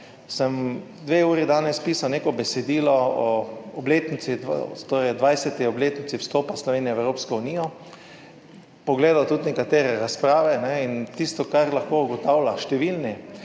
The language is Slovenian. sem dve uri danes pisal neko besedilo o obletnici, torej 20. obletnici vstopa Slovenije v Evropsko unijo, pogledal tudi nekatere razprave. In tisto, kar lahko ugotavljajo številni